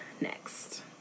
next